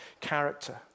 character